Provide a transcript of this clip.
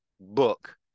book